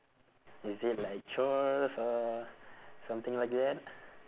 is it like chores or something like that